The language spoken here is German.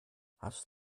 hast